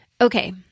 Okay